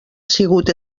sigut